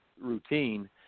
routine